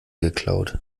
geklaut